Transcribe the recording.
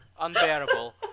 unbearable